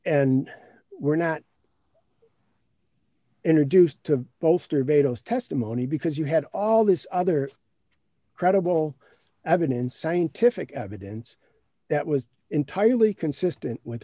and were not introduced to bolster beddoes testimony because you had all this other credible evidence scientific evidence that was entirely consistent with